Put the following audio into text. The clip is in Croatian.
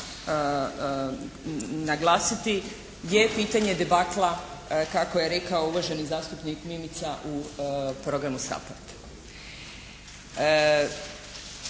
naglasiti je pitanje debakla kako je rekao uvaženi zastupnik Mimica u programu SAPARD.